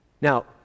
Now